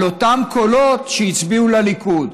על אותם קולות שהצביעו לליכוד.